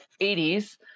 80s